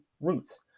Roots